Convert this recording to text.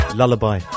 lullaby